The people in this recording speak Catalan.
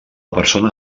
persona